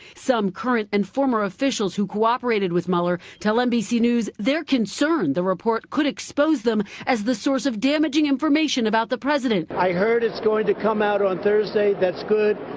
some current and former officials who cooperated with mueller tell nbc news they're concerned the report could expose them as the source of damaging information about the president. i heard it's going to come out on thursday. that's good,